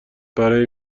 برای